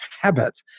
Habit